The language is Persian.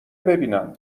ببینم